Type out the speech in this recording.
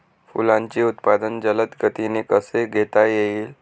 फुलांचे उत्पादन जलद गतीने कसे घेता येईल?